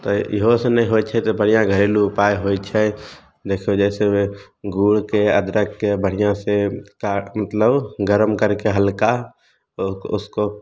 तऽ इहो से नहि होइ छै तऽ बढ़िआँ घरेलुू उपाय होइ छै देखिऔ जइसेमे गुड़के अदरकके बढ़िआँसे काटि मतलब गरम करिके हलका ओ उसको